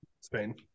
Spain